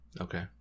okay